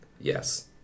Yes